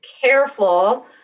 careful